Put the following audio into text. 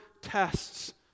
tests